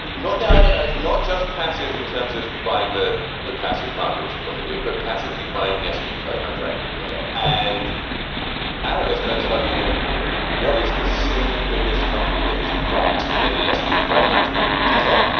but not now. no, no, it's not just passive. in terms of buying the the passive market, which is what they do, but passively buying the s and p five hundred. ok. and adam is gonna tell you what is the single biggest company that is not in the s and p five hundred? tesla.